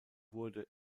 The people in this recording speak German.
wurde